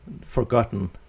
forgotten